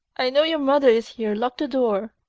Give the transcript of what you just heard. i know your mother is here. lock the door.